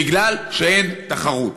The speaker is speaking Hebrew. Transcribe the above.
בגלל שאין תחרות.